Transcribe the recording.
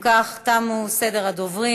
חבר הכנסת אורי מקלב,